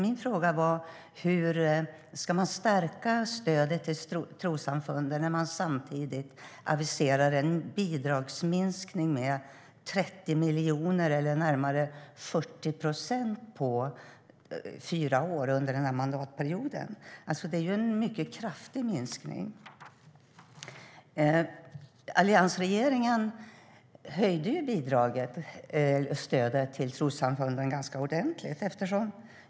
Jag frågade hur man ska stärka stödet till trossamfunden när man samtidigt aviserar en bidragsminskning med 30 miljoner, närmare 40 procent på fyra år, under mandatperioden. Det är en mycket kraftig minskning. Alliansregeringen höjde stödet till trossamfunden ordentligt.